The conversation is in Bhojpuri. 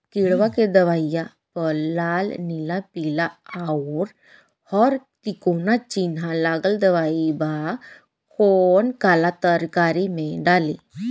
किड़वा के दवाईया प लाल नीला पीला और हर तिकोना चिनहा लगल दवाई बा कौन काला तरकारी मैं डाली?